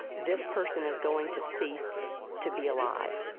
this person is going to cease to be alive